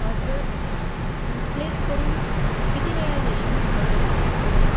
order replace करुन किती वेळात येईन ऑर्डर रिप्लेस करून